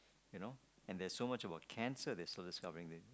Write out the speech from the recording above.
you know and there is so much about cancer they are still discovering